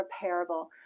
repairable